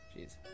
jeez